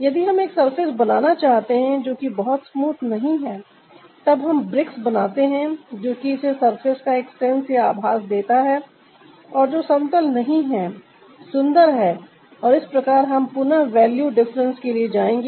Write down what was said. यदि हम एक सर्फेस बनाना चाहते हैं जो कि बहुत स्मूथ नहीं है तब हम ब्रिक्स बनाते हैं जो कि इसे सरफेस का एक सेंस या आभास देता है और जो समतल नहीं है सुंदर है और इस प्रकार हम पुनः वैल्यू डिफरेंस के लिए जाएंगे